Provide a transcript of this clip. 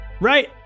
right